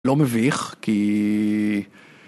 לא מביך, כי...